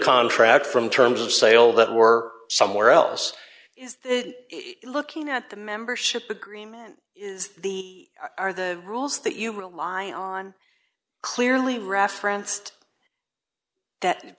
contract from terms of sale that we're somewhere else is looking at the membership agreement is the are the rules that you rely on clearly referenced that